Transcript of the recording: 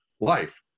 life